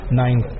nine